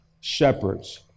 shepherds